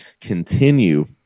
continue